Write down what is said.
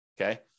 Okay